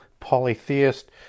polytheist